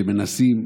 שמנסים,